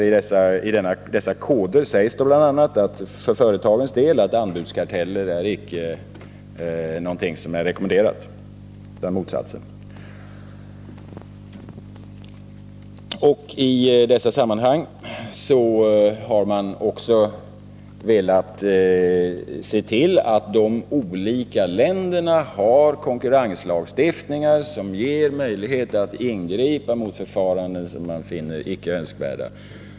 I dessa koder sägs bl.a. för företagens del att anbudskarteller inte är någonting som är rekommenderat, utan tvärtom oaccepterat. I dessa sammanhang har man också velat se till att de olika länderna har konkurrenslagstiftningar som ger möjlighet att ingripa mot förfaranden som befinns icke önskvärda.